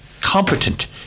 competent